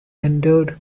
entered